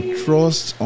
trust